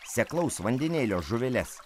seklaus vandenėlio žuveles